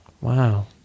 Wow